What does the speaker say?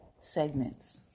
segments